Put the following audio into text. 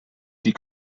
die